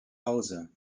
hause